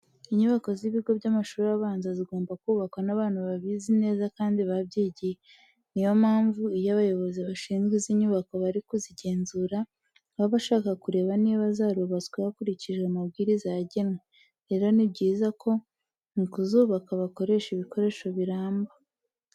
Inyubako z'ibigo by'amashuri abanza zigomba kubakwa n'abantu babizi neza kandi babyigiye. Niyo mpamvu iyo abayobozi bashinzwe izi nyubako bari kuzigenzura, baba bashaka kureba niba zarubatswe hakurikijwe amabwiriza yagenwe. Rero ni byiza ko mu kuzubaka bakoresha ibikoresho biramba.